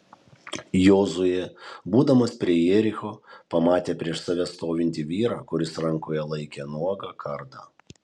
jozuė būdamas prie jericho pamatė prieš save stovintį vyrą kuris rankoje laikė nuogą kardą